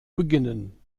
beginnen